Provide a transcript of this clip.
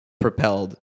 propelled